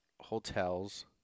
hotels